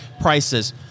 prices